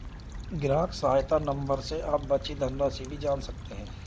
ग्राहक सहायता नंबर से आप बची धनराशि भी जान सकते हैं